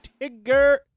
Tigger